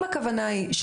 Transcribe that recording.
אם הכוונה היא,